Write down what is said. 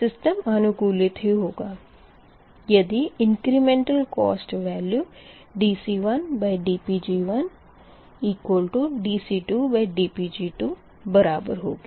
system अनुकूलित ही होगा यदि इंक्रिमेंटल कोस्ट वेल्यू dC1dPg1dC2dPg2 बराबर होगी